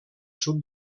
sud